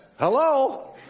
Hello